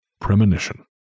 Premonition